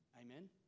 Amen